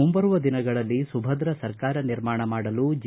ಮುಂಬರುವ ದಿನಗಳಲ್ಲಿ ಸುಭದ್ರ ಸರ್ಕಾರ ನಿರ್ಮಾಣ ಮಾಡಲು ಜಿ